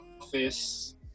office